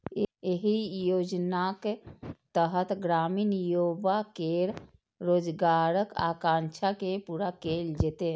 एहि योजनाक तहत ग्रामीण युवा केर रोजगारक आकांक्षा के पूरा कैल जेतै